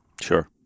sure